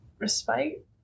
respite